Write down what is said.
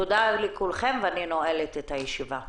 תודה לכולכם, אני נועלת את הישיבה.